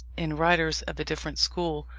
in writers of a different school,